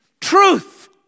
Truth